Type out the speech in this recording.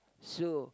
so